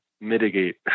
mitigate